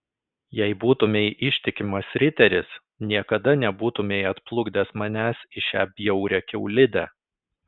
jei būtumei ištikimas riteris niekada nebūtumei atplukdęs manęs į šią bjaurią kiaulidę